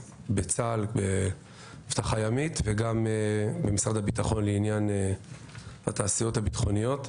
בצה"ל באבטחה ימית וגם במשרד הביטחון לעניין התעשיות הביטחוניות.